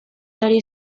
ari